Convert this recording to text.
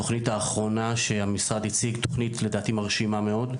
מה עושה ההתאחדות לכדורגל,